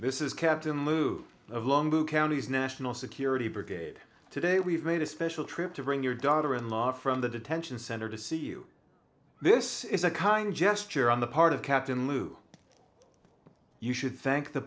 this is captain move along the county's national security brigade today we've made a special trip to bring your daughter in law from the detention center to see you this is a kind gesture on the part of captain lew you should thank the